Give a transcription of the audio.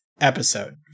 episode